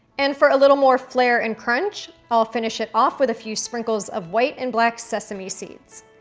and for a little more flair and crunch, i'll finish it off with a few sprinkles of white and black sesame seeds.